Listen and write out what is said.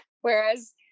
Whereas